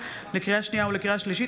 לקריאה שנייה ולקריאה שלישית,